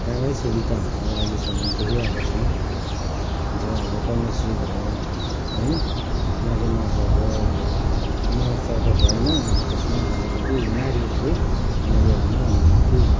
राम्रै सुविधाहरू अहिलेसम्म देखिरहेको छौँ जो अब कन्याश्री भयो होइन नारी मोर्चाको एउटा मोर्चा त भएन अब त्यसमा अलिकति नारीहरू नारीहरूमा अलिकति